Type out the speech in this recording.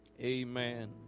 amen